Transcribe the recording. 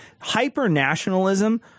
hyper-nationalism